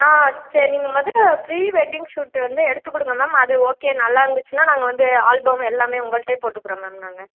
ஆ சரிங்க நீங்கள் மொதல் ப்ரீ வெட்டிங் ஷூட் வந்து எடுத்து கொடுங்க மேம் அது ஒகே நல்லா இருந்துச்சுன்னால் நாங்கள் வந்து ஆல்பம் எல்லாமே உங்கள்கிட்டேயே போட்டுக்கிறோம் மேம் நாங்கள்